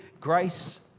grace